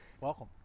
Welcome